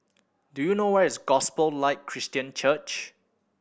do you know where is Gospel Light Christian Church